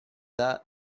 that